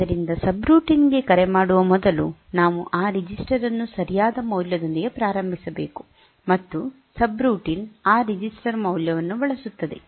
ಆದ್ದರಿಂದ ಸಬ್ರುಟೀನ್ ಗೆ ಕರೆ ಮಾಡುವ ಮೊದಲು ನಾವು ಆ ರಿಜಿಸ್ಟರ್ ಅನ್ನು ಸರಿಯಾದ ಮೌಲ್ಯದೊಂದಿಗೆ ಪ್ರಾರಂಭಿಸಬೇಕು ಮತ್ತು ಸಬ್ರೂಟೀನ್ ಆ ರಿಜಿಸ್ಟರ್ ಮೌಲ್ಯವನ್ನು ಬಳಸುತ್ತದೆ